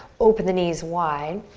open the knees wide.